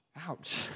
Ouch